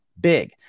big